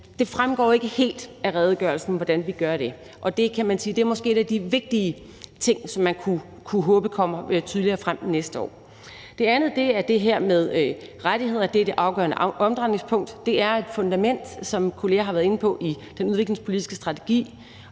Det fremgår ikke helt af redegørelsen, hvordan vi gør det, og det kan man sige måske er en af de vigtige ting, som man kan håbe fremstår tydeligere næste år. Det andet er det her med rettigheder, som er det afgørende omdrejningspunkt. Det er, som mine kolleger har været inde på, et fundament i den udviklingspolitiske strategi,